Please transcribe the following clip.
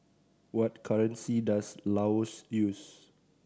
what currency does Laos use